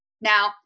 Now